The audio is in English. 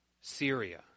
Syria